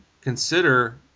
consider